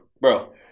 Bro